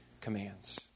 commands